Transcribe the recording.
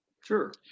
Sure